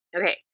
Okay